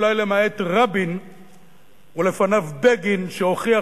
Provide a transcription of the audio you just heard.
אולי למעט רבין ולפניו בגין שהוכיח